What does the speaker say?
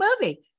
movie